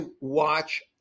watch